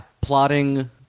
plotting